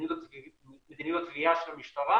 ובמדיניות התביעה של המשטרה